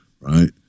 right